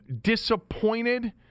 disappointed